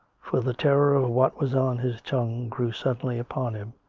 for the terror of what was on his tongue grew suddenly upon him.